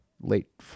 late